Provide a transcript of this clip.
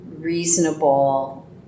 reasonable